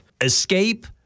escape